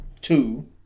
two